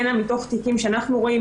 מתוך תיקים שאנחנו רואים,